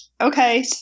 okay